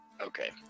Okay